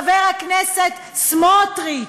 חבר הכנסת סמוטריץ.